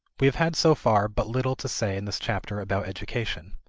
we have had so far but little to say in this chapter about education.